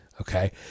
okay